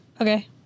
Okay